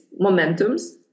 momentums